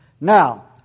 Now